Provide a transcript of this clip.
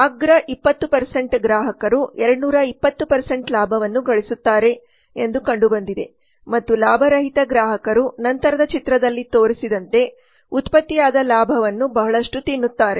ಅಗ್ರ 20 ಗ್ರಾಹಕರು 220 ಲಾಭವನ್ನು ಗಳಿಸುತ್ತಾರೆ ಎಂದು ಕಂಡುಬಂದಿದೆ ಮತ್ತು ಲಾಭರಹಿತ ಗ್ರಾಹಕರು ನಂತರದ ಚಿತ್ರದಲ್ಲಿ ತೋರಿಸಿದಂತೆ ಉತ್ಪತ್ತಿಯಾದ ಲಾಭವನ್ನು ಬಹಳಷ್ಟು ತಿನ್ನುತ್ತಾರೆ